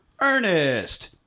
Ernest